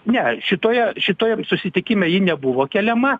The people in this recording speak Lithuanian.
ne šitoje šitojem susitikime ji nebuvo keliama